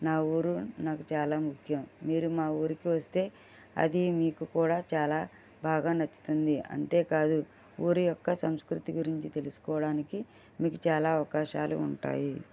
నా ఊరు నాకు చాలా ముఖ్యం మీరు మా ఊరికి వస్తే అది మీకు కూడా చాలా బాగా నచ్చుతుంది అంతేకాదు ఊరి యొక్క సంస్కృతి గురించి తెలుసుకోవడానికి మీకు చాలా అవకాశాలు ఉంటాయి